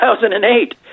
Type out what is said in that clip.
2008